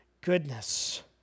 goodness